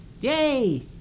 Yay